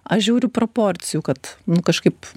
aš žiūriu proporcijų kad nu kažkaip